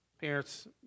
parents